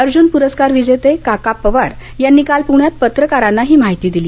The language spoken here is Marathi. अर्जुन पुरस्कार विजेते काका पवार यांनी काल पुण्यात पत्रकारांना ही माहिती दिली